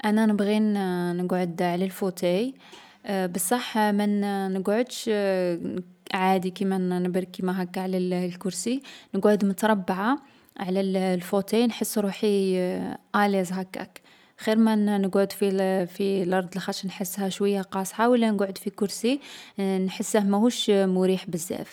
أنا نبغي نـ نقعد على الفوتاي بصح ما نـ نقعدش عادي كيما نـ نبرك هاكا على الكرسي نقعد متربعة على الـ الفوتاي نحس روحي آلاز هاكاك. خير ما نـ نقعد في الـ لرض لاخطش نحسها شويا قاصحة و لا نقعد في كرسي نحسه ماهوش مريح بزاف.